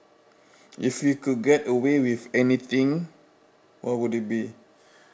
if you could get away with anything what would it be